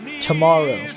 tomorrow